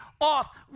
off